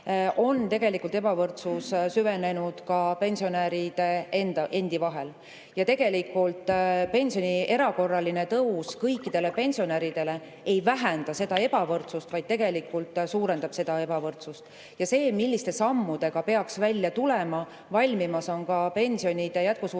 on tegelikult ebavõrdsus süvenenud ka pensionäride vahel. Tegelikult pensioni erakorraline tõus kõikidele pensionäridele ei vähenda seda ebavõrdsust, vaid tegelikult suurendab seda ebavõrdsust. Milliste sammudega peaks välja tulema? Valmimas on ka pensionide jätkusuutlikkuse